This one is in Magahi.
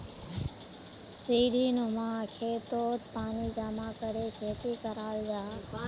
सीढ़ीनुमा खेतोत पानी जमा करे खेती कराल जाहा